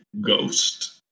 ghost